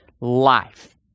life